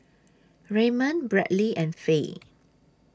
Raymond Bradly and Fay